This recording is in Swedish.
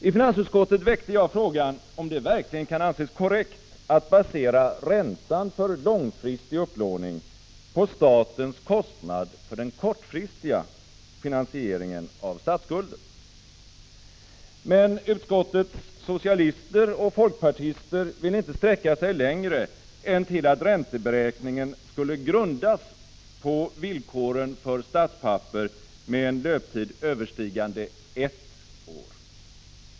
I finansutskottet väckte jag frågan om det verkligen kan anses korrekt att basera räntan för långfristig upplåning på statens kostnad för den kortfristiga finansieringen av statsskulden. Men utskottets socialister och folkpartister ville inte sträcka sig längre än till att ränteberäkningen skulle grundas på villkoren för statspapper med en löptid överstigande ett år.